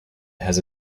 has